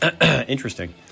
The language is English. interesting